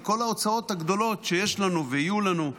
בכל ההוצאות הגדולות שיש לנו ויהיו לנו,